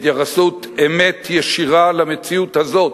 בהתייחסות אמת ישירה למציאות הזאת,